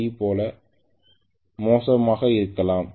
3 போல மோசமாக இருக்கலாம்